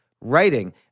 writing